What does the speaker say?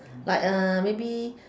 like uh maybe